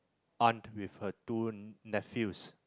aunt with her two nephews